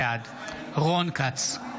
בעד רון כץ,